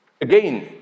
again